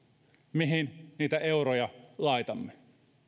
mihin niitä euroja laitamme